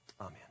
Amen